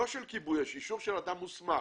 לא של כיבוי אש אלא אישור של אדם מוסמך,